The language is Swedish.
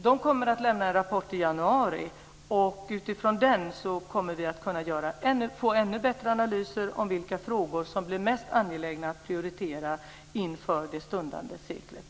Den kommer att lämna en rapport i januari, och utifrån den kommer vi att få ännu bättre analyser om vilka frågor som blir mest angelägna att prioritera inför det stundande seklet.